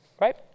right